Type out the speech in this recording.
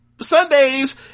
Sundays